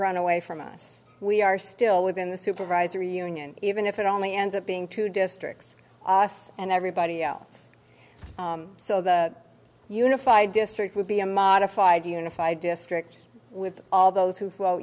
run away from us we are still within the supervisory union even if it only ends up being two districts us and everybody else so the unified district would be a modified unified district with all those who well